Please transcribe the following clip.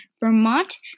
Vermont